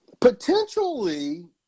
potentially